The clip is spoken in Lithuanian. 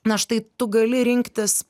na štai tu gali rinktis